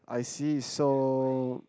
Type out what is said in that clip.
I see so